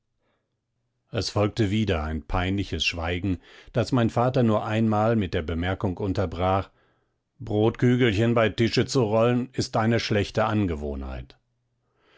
es folgte wieder ein peinliches schweigen das mein vater nur einmal mit der bemerkung unterbrach brotkügelchen bei tische rollen ist eine schlechte angewohnheit